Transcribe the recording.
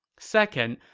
second,